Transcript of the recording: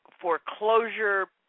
foreclosure